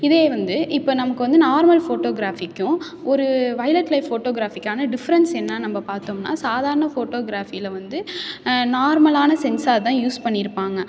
இதே வந்து இப்போ நமக்கு வந்து நார்மல் ஃபோட்டோகிராஃபிக்கும் ஒரு வொய்லெட் லைஃப் ஃபோட்டோகிராஃபிக்கான டிஃப்ரென்ஸ் என்னன்னு நம்ம பார்த்தோம்னா சாதாரண ஃபோட்டோகிராஃபியில் வந்து நார்மலான சென்சார் தான் யூஸ் பண்ணியிருப்பாங்க